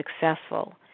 successful